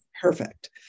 perfect